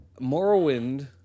Morrowind